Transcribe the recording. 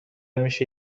میشه